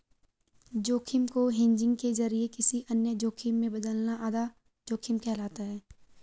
जोखिम को हेजिंग के जरिए किसी अन्य जोखिम में बदलना आधा जोखिम कहलाता है